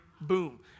Boom